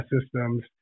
systems